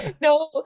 no